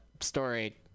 story